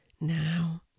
Now